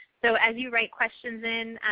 so as you write questions in,